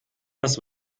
was